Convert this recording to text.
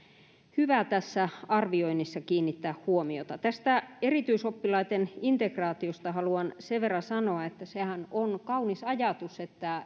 hyvä tässä arvioinnissa kiinnittää huomiota erityisoppilaitten integraatiosta haluan sen verran sanoa että sehän on kaunis ajatus että